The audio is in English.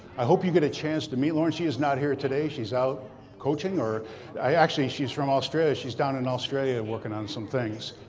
i hope you get a chance to meet lauren. she is not here today. she's out coaching. or actually, she's from australia. she's down in australia working on some things.